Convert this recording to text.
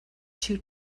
two